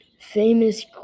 famous